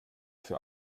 für